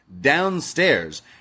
downstairs